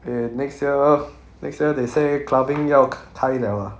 eh next year next year they say clubbing 要开 liao ah